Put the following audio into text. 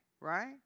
right